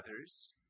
others